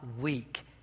weak